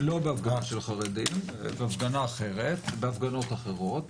לא בהפגנה של חרדים, בהפגנה אחרת, בהפגנות אחרות,